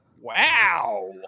wow